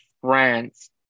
France